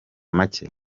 make